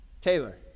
Taylor